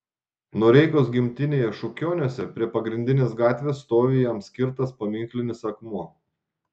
noreikos gimtinėje šukioniuose prie pagrindinės gatvės stovi jam skirtas paminklinis akmuo